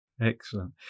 excellent